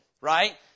right